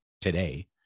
today